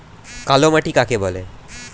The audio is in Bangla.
কালোমাটি কাকে বলে?